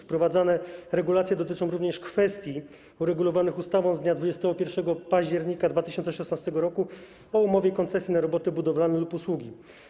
Wprowadzane regulacje dotyczą również kwestii uregulowanych ustawą z dnia 21 października 2016 r. o umowie koncesji na roboty budowlane lub usługi.